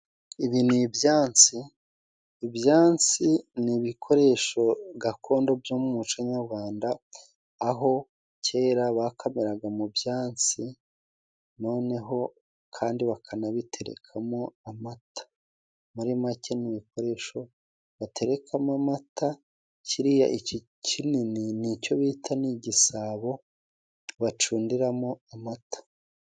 Ibi ni ibyansi. Ibyansi ni ibikoresho gakondo byo mu muco nyarwanda, aho kera bakamiraga mu byansi, noneho kandi bakanabiterekamo amata. Muri make n'ibikoresho baterekamo amata. Kiriya iki kinini ni cyo bita ni igisabo bacundiramo amata.